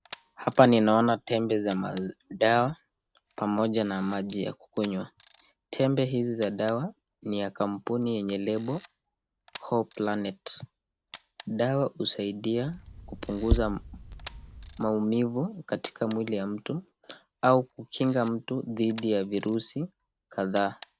Hapa ninaona tembe za madawa pamoja na maji ya kukunywa. Tembe hizi za dawa ni ya kampuni yenye label, "Hoplanet". Dawa husaidia kupunguza maumivu katika mwili ya mtu au kukinga mtu dhidi ya virusi kadhaa.